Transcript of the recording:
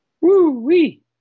Woo-wee